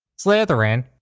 slytherin.